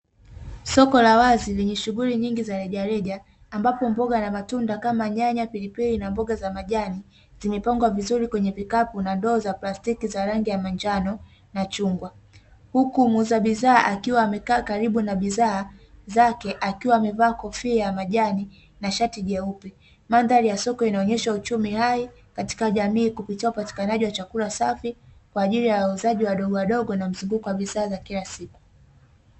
Soko la wazi lenye shughuli nyingi za rejareja ambapo mboga na matunda kama nyanya, pilipili na mboga za majani zimepangwa vizuri kwenye kikapu na ndoo za plastiki za rangi ya manjano na chungwa, huku muuza bidhaa akiwa karibu na bidhaa zake akiwa amevaa kofia ya majani na shati jeupe. Mandhari ya soko inaonyesha uchumi hai katika jamii kupitia upatikanaji wa chakula safi kwa ajili ya wauzaji wadogowadogo na mzunguko wa bidhaa za kila siku.